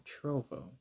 Trovo